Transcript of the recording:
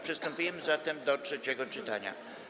Przystępujemy zatem do trzeciego czytania.